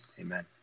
Amen